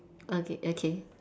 okay okay